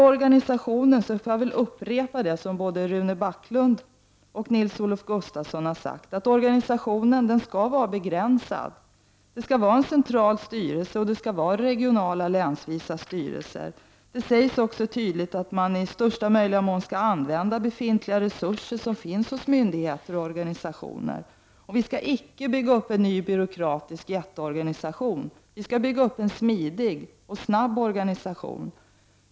Jag vill upprepa vad både Rune Backlund och Nils-Olof Gustafsson sagt om att organisationen skall vara begränsad. Det skall vara en central styrelse och regionala, länsvisa styrelser. Det sägs också tydligt att man i möjligaste mån skall använda befintliga resurser hos myndigheter och organisationer. Vi skall inte bygga upp en ny byråkratisk jätteorganisation. Vi skall bygga upp en smidig och snabb organisation.